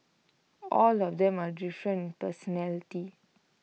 all of them are different personality